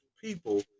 people